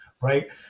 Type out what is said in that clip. right